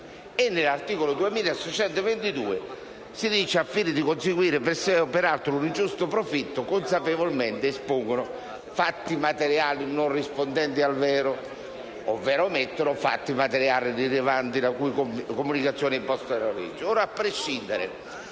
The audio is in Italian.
i soggetti indicati «al fine di conseguire per sé o per altri un ingiusto profitto... consapevolmente espongono fatti materiali non rispondenti al vero ovvero omettono fatti materiali rilevanti la cui comunicazione è imposta dalla legge...»;